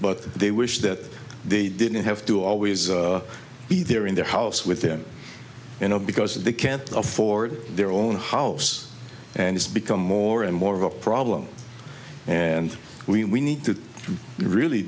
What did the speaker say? but they wish that they didn't have to always be there in their house within an hour because they can't afford their own house and it's become more and more of a problem and we need to really